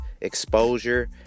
exposure